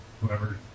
whoever